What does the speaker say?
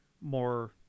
more